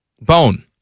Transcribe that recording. bone